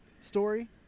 story